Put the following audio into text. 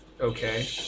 okay